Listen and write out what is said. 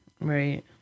Right